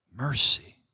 mercy